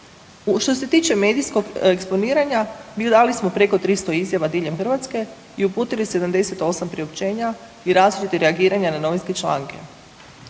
Što se tiče medijskog eksponiranja, dali smo preko 300 izjava diljem Hrvatske i uputili 78 priopćenja i različitih reagiranja na novinske članke.